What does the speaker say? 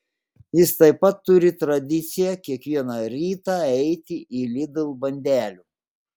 jis taip pat turi tradiciją kiekvieną rytą eiti į lidl bandelių